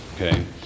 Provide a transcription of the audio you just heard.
Okay